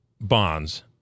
bonds